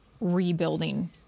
rebuilding